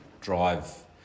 drive